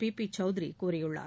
B P Chaudhary கூறியுள்ளார்